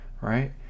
right